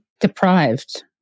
Deprived